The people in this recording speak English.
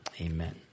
Amen